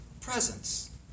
presence